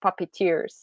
puppeteers